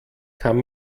kann